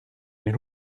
den